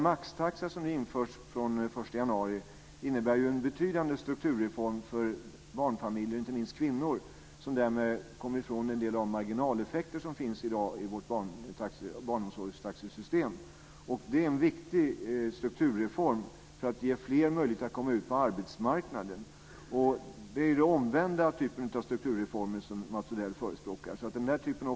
Maxtaxan, som införs den 1 januari, innebär ju en betydande strukturreform för barnfamiljer, inte minst för kvinnor, som därmed kommer ifrån en del av de marginaleffekter som finns i dag i vårt barnomsorgstaxesystem. Det är en viktig strukturreform för att ge fler möjlighet att komma ut på arbetsmarknaden. Det är den omvända typen av strukturreformer som Mats Odell förespråkar.